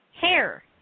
hair